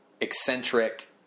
eccentric